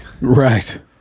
Right